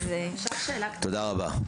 תודה רבה.